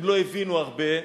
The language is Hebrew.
הם לא הבינו הרבה,